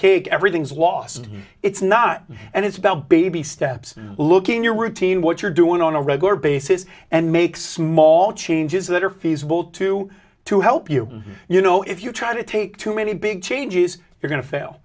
cake everything's lost it's not and it's about baby steps look in your routine what you're doing on a regular basis and make small changes that are feasible to to help you you know if you try to take too many big changes you're going to fail